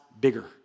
bigger